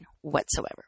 whatsoever